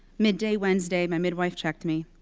midday wednesday, my midwife checked me.